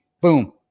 boom